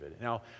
Now